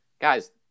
Guys